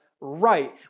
right